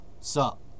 sup